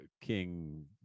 king